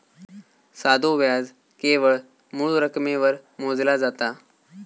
साधो व्याज केवळ मूळ रकमेवर मोजला जाता